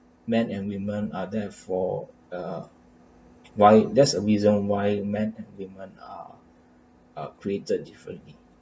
men and women are therefore uh why there's a reason why men and women are are created differently